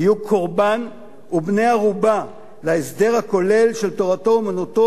יהיו קורבן ובני ערובה להסדר הכולל של תורתו-אומנותו